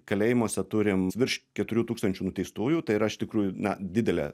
kalėjimuose turim virš keturių tūkstančių nuteistųjų tai yra iš tikrųjų na didelė